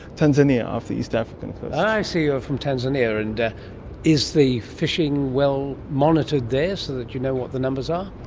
tanzania, off the east african coast. i see, you're from tanzania, and is the fishing well monitored there so that you know what the numbers are?